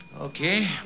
Okay